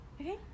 Okay